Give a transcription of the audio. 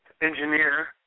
engineer